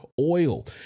oil